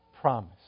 promise